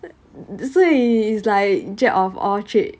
所以 is like jack of all trade